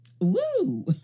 Woo